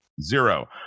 Zero